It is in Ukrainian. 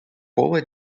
поле